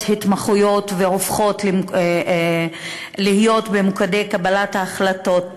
התמחויות והופכות להיות מוקדי קבלת ההחלטות,